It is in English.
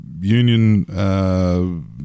union